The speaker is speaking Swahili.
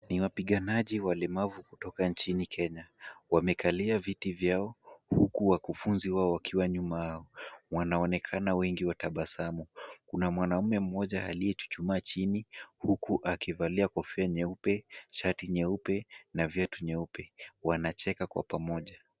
Ni waoiganaji walemavu kutoka Kenya. Wamekalia viti vyao, huku wakufunzi wao wakiwa nyuma yao. Wanaonekana wengi wa tabasamu. Kuna mwanaume mmoja aliyechuchumaa chini, huku akivaia kofia nyeupe, shati nyeupe na viatu nyeupe. Wanacheka kwa pamoja.